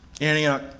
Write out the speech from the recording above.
Antioch